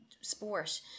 sport